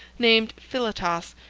named philotas,